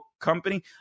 Company